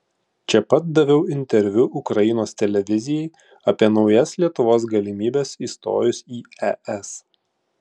čia pat daviau interviu ukrainos televizijai apie naujas lietuvos galimybes įstojus į es